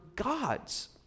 gods